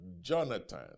Jonathan